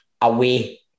away